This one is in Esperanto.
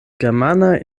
germana